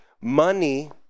Money